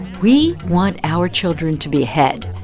we want our children to be ahead.